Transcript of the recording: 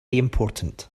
important